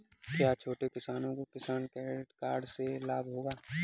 क्या छोटे किसानों को किसान क्रेडिट कार्ड से लाभ होगा?